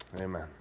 Amen